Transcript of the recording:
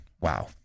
Wow